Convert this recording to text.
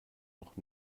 noch